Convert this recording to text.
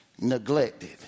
neglected